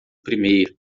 primeiro